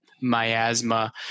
miasma